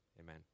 Amen